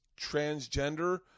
transgender